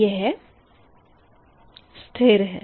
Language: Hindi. यह स्थिर है